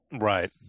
Right